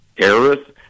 terrorists